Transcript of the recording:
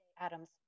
Adams